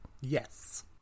yes